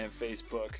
Facebook